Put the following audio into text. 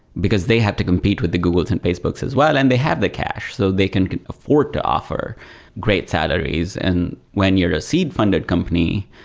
because they had to compete with the googles and facebooks as well and they have the cash. so they can can afford to offer great salaries. and when you're a seed funded company,